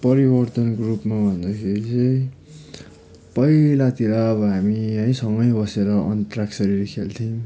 परिवर्तनको रूपमा भन्दाखेरि चाहिँ पहिलातिर अब हामी है सँगे बसेर अन्ताक्षरीहरू खेल्थौँ